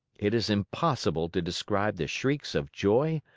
it is impossible to describe the shrieks of joy,